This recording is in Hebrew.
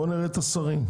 בוא נראה את השרים,